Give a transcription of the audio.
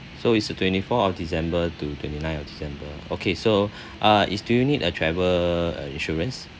so it's a twenty four of december to twenty nine of december okay so uh is do you need a travel uh insurance